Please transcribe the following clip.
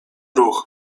ruch